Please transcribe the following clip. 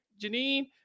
Janine